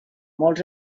molts